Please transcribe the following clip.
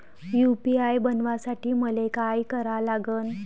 UPI बनवासाठी मले काय करा लागन?